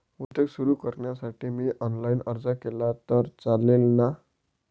उद्योग सुरु करण्यासाठी मी ऑनलाईन अर्ज केला तर चालेल ना?